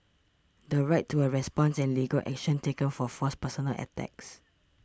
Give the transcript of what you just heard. the right to a response and legal action taken for false personal attacks